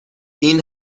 این